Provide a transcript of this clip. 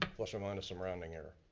plus or minus some rounding error.